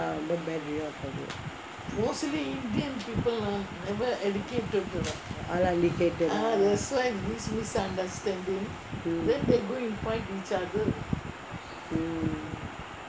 ரொம்ப:romba bad அது:athu uneducated lah mm